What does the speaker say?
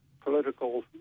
political